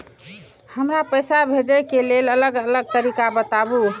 हमरा पैसा भेजै के लेल अलग अलग तरीका बताबु?